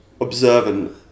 observant